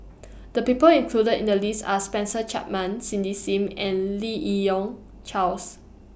The People included in The list Are Spencer Chapman Cindy SIM and Lim Yi Yong Charles